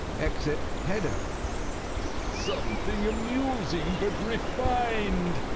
exit hedda something amusing but refined.